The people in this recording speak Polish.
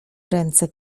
ręce